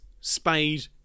spade